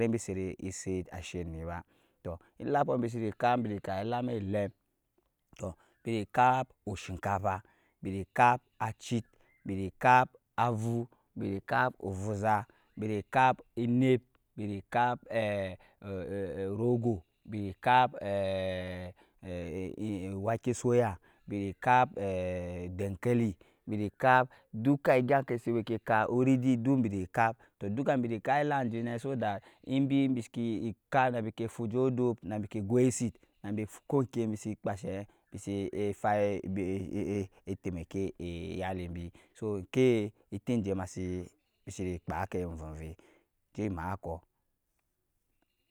Tmbi sɛt eshɛkneba tɔɔ elampɔɔ bisir kap biri kap elambɔɔ elɛm, mbiri kap oshinkafa, mbiri kap achit, mbiri kap ava, mbiri kap ovuza, mbiri kap enɛp, mbiri kap orɔgoo, mbiri kap owakɛsoya, mbiri kap odɛnkɛli mbiri kap duka egyanke si wɛnkɛ kap uridi mbiri kap tɔɔ duka bini kap elam. jɛnɛ mbi siki kap nbi fujɛ odɔɔr nibi jɛ gwesi nabi kokɛ bɛ si kpashɛ taimakɛ eyalim bi so ɛnkɛ wɛ etɛ masini kpa ovɛivɛi jɛmakɔɔ,